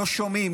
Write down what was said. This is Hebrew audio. לא שומעים,